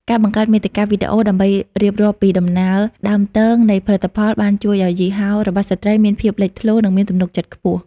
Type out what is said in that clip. ការបង្កើតមាតិកាវីដេអូដើម្បីរៀបរាប់ពីដំណើរដើមទងនៃផលិតផល បានជួយឱ្យយីហោរបស់ស្ត្រីមានភាពលេចធ្លោ និងមានទំនុកចិត្តខ្ពស់។